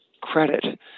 credit